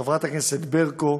חברת הכנסת ברקו,